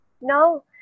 no